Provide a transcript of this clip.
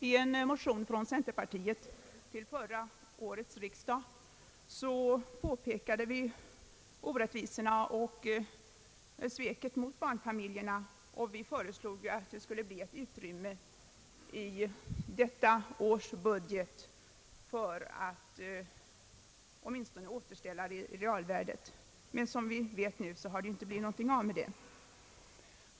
I en motion från centerpartiet till förra årets riksdag påpekade vi orättvisorna och sveket mot barnfamiljerna. Vi föreslog att det skulle skapas ett utrymme i detta års budget för att åtminstone återställa realvärdet på barnbidraget — men som vi vet nu har det inte blivit någonting av med det.